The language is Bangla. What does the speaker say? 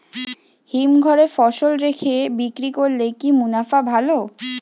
হিমঘরে ফসল রেখে বিক্রি করলে কি মুনাফা ভালো?